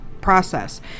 process